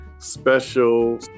special